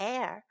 Air